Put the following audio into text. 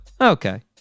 Okay